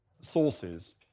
sources